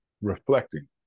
reflecting